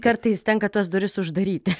kartais tenka tas duris uždaryti